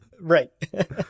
Right